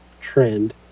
trend